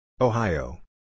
Ohio